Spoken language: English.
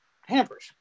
hampers